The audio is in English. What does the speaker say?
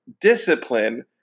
discipline